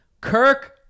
Kirk